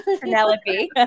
Penelope